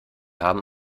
haben